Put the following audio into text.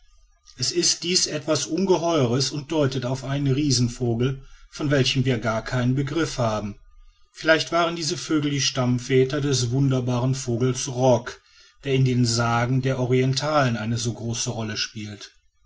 es ist dies etwas ungeheueres und deutet auf einen riesenvogel von welchem wir gar keinen begriff haben vielleicht waren diese vögel die stammväter des wunderbaren vogels rock der in den sagen der orientalen eine so große rolle spielt